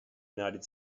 united